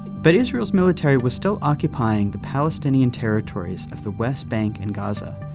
but israel's military was still occupying the palestinian territories of the west bank and gaza,